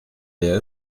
leer